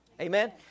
Amen